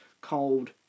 Cold